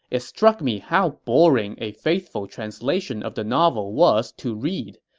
it struck me how boring a faithful translation of the novel was to read.